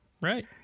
right